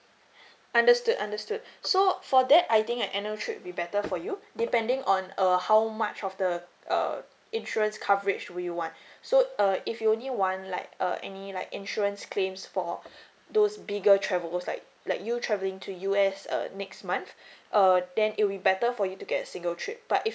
understood understood so for that I think an annual trip will be better for you depending on err how much of the err insurance coverage would you want so uh if you only want like uh any like insurance claims for those bigger travels like like you travelling to U_S err next month err then it will be better for you to get a single trip but if